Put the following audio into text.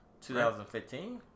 2015